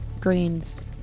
Green's